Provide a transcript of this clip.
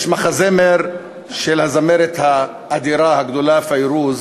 יש מחזמר של הזמרת האדירה, הגדולה, פיירוז,